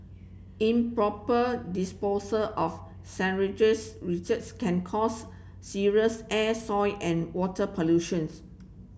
improper disposal of sewage's can cause serious air soil and water pollution